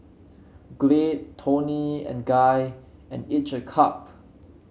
Glade Toni and Guy and each a cup